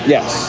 Yes